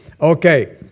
Okay